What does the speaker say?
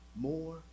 more